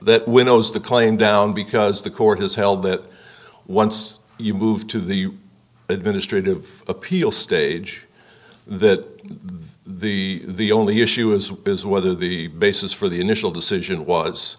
that winnows the claim down because the court has held that once you move to the administrative appeals stage that the only issue is is whether the basis for the initial decision